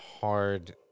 hard